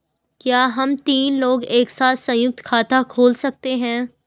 क्या हम तीन लोग एक साथ सयुंक्त खाता खोल सकते हैं?